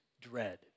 dread